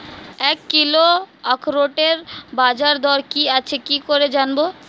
এক কিলোগ্রাম আখরোটের বাজারদর কি আছে কি করে জানবো?